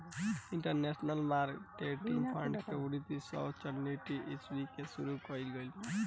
international monetary fund के उन्नीस सौ चौरानवे ईस्वी में शुरू कईल गईल रहे